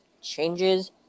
changes